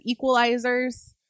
equalizers